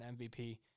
MVP